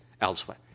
elsewhere